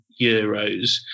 euros